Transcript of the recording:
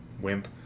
wimp